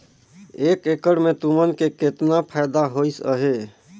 एक एकड़ मे तुमन के केतना फायदा होइस अहे